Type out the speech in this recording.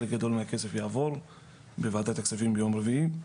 חלק גדול מהכסף יעבור לוועדת הכספים ביום רביעי.